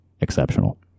exceptional